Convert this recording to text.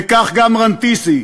וכך גם רנתיסי.